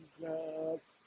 Jesus